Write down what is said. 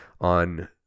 on